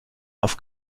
auf